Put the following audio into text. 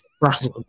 right